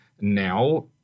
now